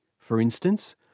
for instance,